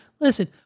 Listen